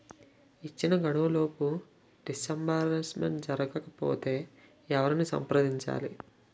ఇచ్చిన గడువులోపు డిస్బర్స్మెంట్ జరగకపోతే ఎవరిని సంప్రదించాలి?